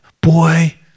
boy